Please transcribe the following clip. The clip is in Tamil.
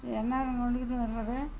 எந்நேரம் கொண்டுக்கிட்டு வர்றது